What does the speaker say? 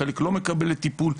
חלק לא מקבלת טיפול,